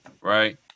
right